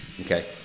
Okay